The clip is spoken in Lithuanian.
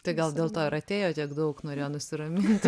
tai gal dėl to ir atėjo tiek daug norėjo nusiraminti